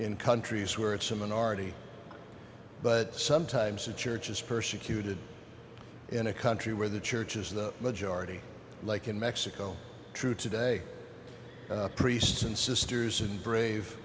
in countries where it's a minority but sometimes the church is persecuted in a country where the church is the majority like in mexico true today priests and sisters and brave